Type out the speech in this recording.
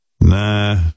nah